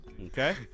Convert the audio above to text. Okay